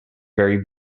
very